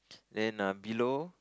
then um below